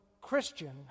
Christian